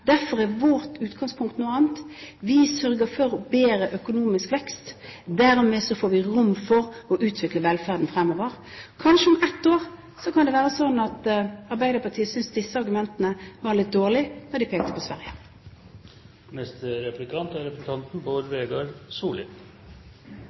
Derfor er vårt utgangspunkt noe annet. Vi sørger for bedre økonomisk vekst. Dermed får vi rom for å utvikle velferden fremover. Kanskje om ett år kan det være sånn at Arbeiderpartiet synes argumentene når de peker på Sverige, var litt dårlige. Representanten